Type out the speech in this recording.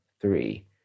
three